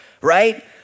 right